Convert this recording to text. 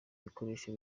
bikoresho